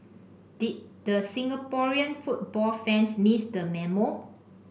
did the Singaporean football fans miss the memo